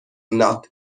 not